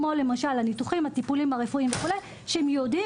כמו למשל ניתוחים וטיפולים רפואיים וכו' שהם ייעודיים